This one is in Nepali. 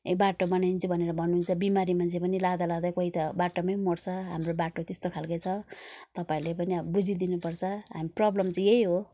ए बाटो बनाइदिन्छु भनेर भन्नु हुन्छ बिमारी मान्छे पनि लाँदा लाँदै कोही त बाटोमै मर्छ हाम्रो बाटो त्यस्तो खालको छ तपाईँहरूले पनि अब बुझिदिनु पर्छ हामी प्रब्लम चाहिँ यही हो